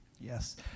Yes